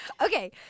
Okay